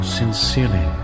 sincerely